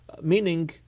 meaning